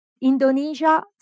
Indonesia